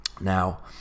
Now